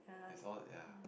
it's all ya